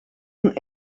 een